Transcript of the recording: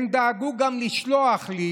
הם גם דאגו לשלוח לי